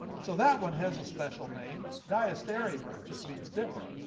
so that one has a special name. diastereomer just means different.